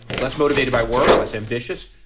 less motivated by work, less ambitious.